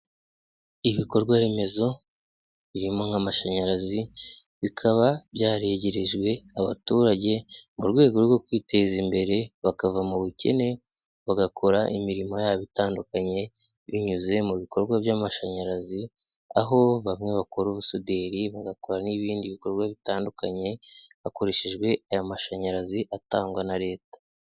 Ibikorwaremezo, birimo nk'amashanyarazi ,bikaba byaregerejwe abaturage mu rwego rwo kwiteza imbere bakava mu bukene, bagakora imirimo yabo itandukanye, binyuze mu bikorwa by'amashanyarazi, aho bamwe bakora ubusuderi, bagakora n'ibindi bikorwa bitandukanye, hakoreshejwe aya mashanyarazi atangwa na leta.